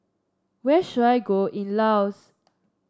where should I go in Laos